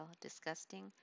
disgusting